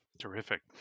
Terrific